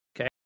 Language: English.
Okay